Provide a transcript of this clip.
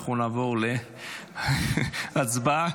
נעבור להצבעה